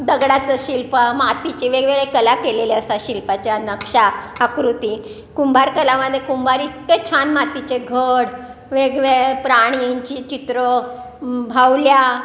दगडाचं शिल्प मातीचे वेगवेगळे कला केलेले असतात शिल्पाच्या नक्ष्या आकृती कुंभारकलामध्ये कुंभार इतके छान मातीचे घट वेगवे प्राणींची चित्र बाहुल्या